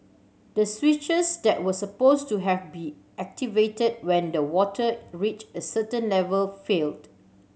the switches that were supposed to have be activated when the water reached a certain level failed